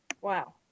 Wow